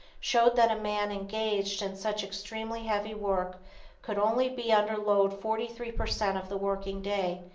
showed that a man engaged in such extremely heavy work could only be under load forty-three per cent of the working day,